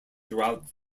throughout